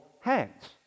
hands